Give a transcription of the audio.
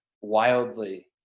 wildly